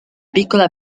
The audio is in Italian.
piccola